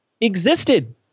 existed